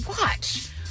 watch